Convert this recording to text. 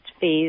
phase